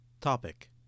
Topic